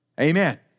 Amen